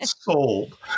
sold